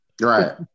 right